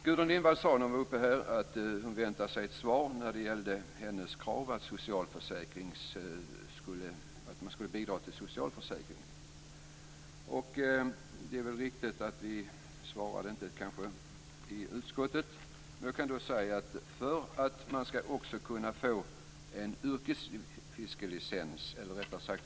Gudrun Lindvall sade när hon var uppe i talarstolen att hon väntar sig ett svar när det gäller hennes krav att fiskarna skulle bidra till socialförsäkringen. Det är väl riktigt att vi inte svarade i utskottet.